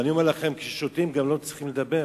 אבל אני אומר לכם שכששותים גם לא צריכים לדבר.